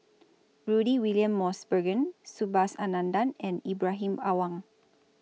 Rudy William Mosbergen Subhas Anandan and Ibrahim Awang